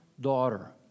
daughter